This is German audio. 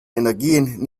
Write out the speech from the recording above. energien